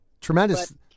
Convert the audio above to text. Tremendous